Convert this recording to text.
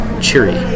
cheery